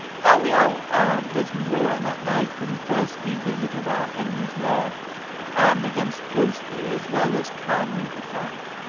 are we all armed, as we were on that night when first we visited our enemy's lair armed against ghostly as well as carnal attack?